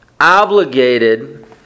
Obligated